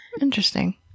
Interesting